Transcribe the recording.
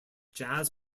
jazz